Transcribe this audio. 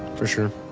for sure.